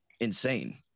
insane